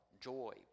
joy